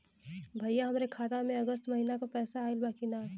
भईया हमरे खाता में अगस्त महीना क पैसा आईल बा की ना?